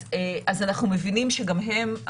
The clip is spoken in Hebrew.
אז אנחנו מבינים שגם הם,